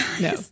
no